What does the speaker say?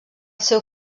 seu